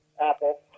Apple